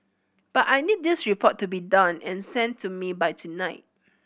but I need this report to be done and sent to me by tonight